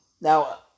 Now